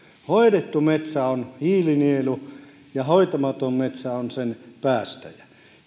hoidettu metsä on hiilinielu ja hoitamaton metsä on sen päästäjä